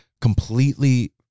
completely